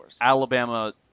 Alabama